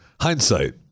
Hindsight